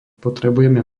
potrebujeme